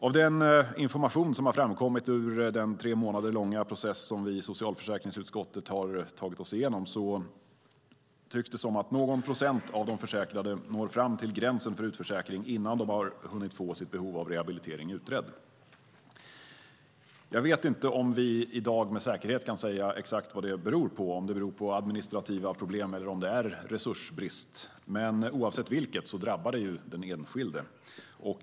Av den information som framkommit ur den tre månader långa process som vi i socialförsäkringsutskottet tagit oss igenom tycks det som att någon procent av de försäkrade når fram till gränsen för utförsäkring innan de hunnit få sitt behov av rehabilitering utrett. Jag vet inte om vi i dag med säkerhet kan säga exakt vad det beror på, om det beror på administrativa problem eller på resursbrist, men oavsett vilket drabbar det den enskilde.